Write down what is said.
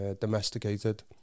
domesticated